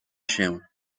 się